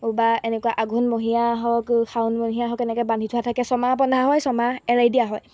বা এনেকুৱা আঘোণমহীয়া হওক শাওনমহীয়া হওক এনেকৈ বান্ধি থোৱা থাকে ছমাহ বন্ধা হয় ছমাহ এৰি দিয়া হয়